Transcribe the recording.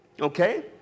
Okay